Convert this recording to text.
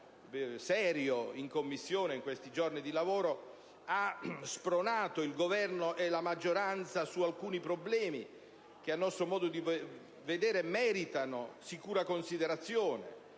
è svolto in Commissione in questi giorni, ha spronato il Governo e la maggioranza su alcuni problemi che a nostro modo di vedere meritano sicura considerazione,